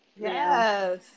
yes